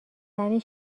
زنی